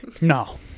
no